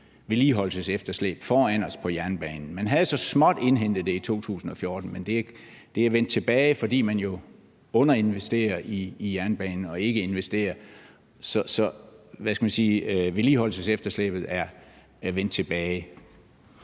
vedligeholdelsesefterslæb foran os på jernbanen. Man havde så småt indhentet det i 2014, men det er vendt tilbage, fordi man jo underinvesterer i jernbanen – og ikke investerer. Så vedligeholdelsesefterslæbet er vendt tilbage.